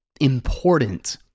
important